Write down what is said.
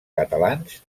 catalans